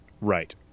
Right